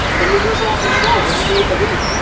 then you lose all control. what do you do with the wheat?